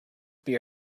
beer